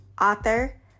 author